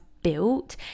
built